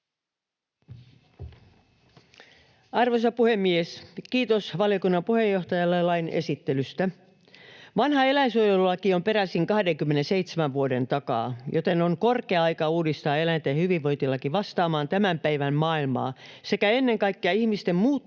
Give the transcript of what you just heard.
Arvoisa puhemies! Kiitos valiokunnan puheenjohtajalle lain esittelystä. Vanha eläinsuojelulaki on peräisin 27 vuoden takaa, joten on korkea aika uudistaa eläinten hyvinvointilaki vastaamaan tämän päivän maailmaa sekä ennen kaikkea ihmisten muuttuneita